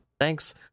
Thanks